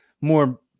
more